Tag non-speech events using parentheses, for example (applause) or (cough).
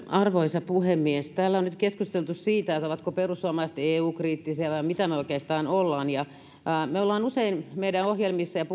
arvoisa puhemies täällä on nyt keskusteltu siitä ovatko perussuomalaiset eu kriittisiä vai mitä me oikeastaan olemme me olemme usein meidän ohjelmissamme ja (unintelligible)